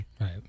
Right